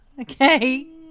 Okay